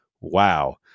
Wow